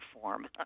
form